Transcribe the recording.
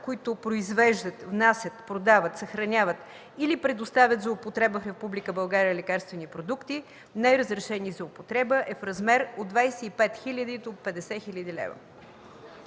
които произвеждат, внасят, продават, съхраняват или предоставят за употреба в Република България лекарствени продукти, неразрешени за употреба, е в размер от 25 000 до 50 000 лв.